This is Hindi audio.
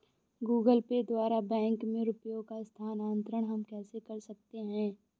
गूगल पे द्वारा बैंक में रुपयों का स्थानांतरण हम कैसे कर सकते हैं?